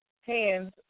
hands